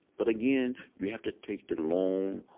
but again, you have to take the long,